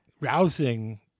rousing